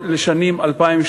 אותם.